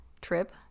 Trip